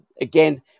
again